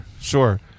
sure